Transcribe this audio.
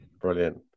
Brilliant